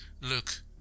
look